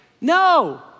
no